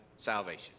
salvation